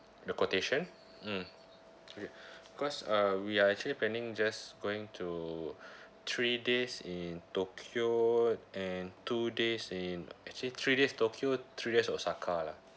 the quotation mmhmm okay because uh we are actually planning just going to three days in tokyo and two days in actually three days tokyo three days osaka lah